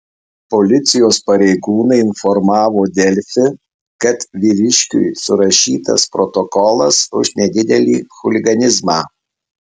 policijos pareigūnai informavo delfi kad vyriškiui surašytas protokolas už nedidelį chuliganizmą